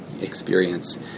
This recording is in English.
experience